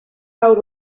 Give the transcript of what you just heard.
awr